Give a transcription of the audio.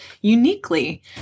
uniquely